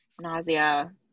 nausea